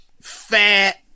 fat